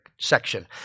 section